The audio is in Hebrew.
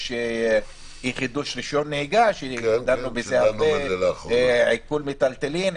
יש אי-חידוש רישיון נהיגה עיקול מטלטלין,